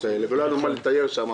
האלה ולא היה לנו איפה לטייל שם.